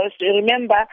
remember